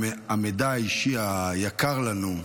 המידע האישי היקר לנו,